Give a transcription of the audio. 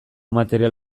material